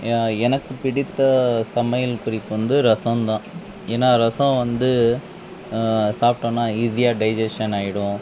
எனக்கு பிடித்த சமையல் குறிப்பு வந்து ரசோந்தான் ஏன்னா ரசம் வந்து சாப்பிடோன்னா ஈஸியாக டைஜெஷன் ஆயிடும்